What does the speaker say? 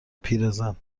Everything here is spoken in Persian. پیرزن